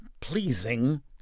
pleasing